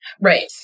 Right